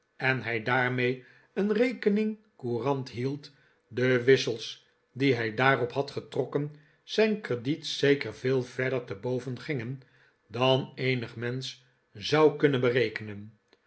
en hij daarmee een rekening-courant hield de wissels die hij daarop had getrokken zijn crediet zeker veel verder te boven gingen dan eenig mensch zou kunnen berekenen